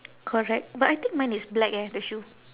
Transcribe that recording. correct but I think mine is black eh the shoe